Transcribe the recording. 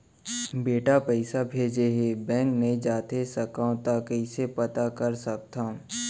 बेटा पइसा भेजे हे, बैंक नई जाथे सकंव त कइसे पता कर सकथव?